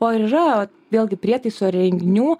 o ir yra vėlgi prietaisų ar įrenginių